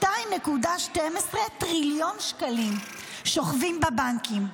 2.12 טריליון שקלים שוכבים בבנקים.